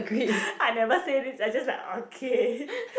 I never say this I just like okay